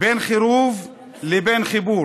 בין חירוב לבין חיבור: